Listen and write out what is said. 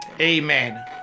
amen